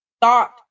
Thought